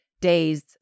days